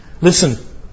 Listen